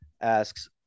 asks